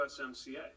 USMCA